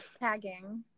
tagging